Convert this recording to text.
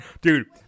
Dude